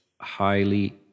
highly